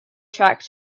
track